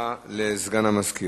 הודעה לסגן המזכיר.